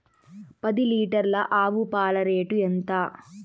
పది లీటర్ల ఆవు పాల రేటు ఎంత?